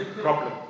problem